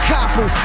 Copper